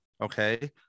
Okay